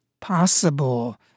possible